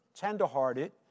tenderhearted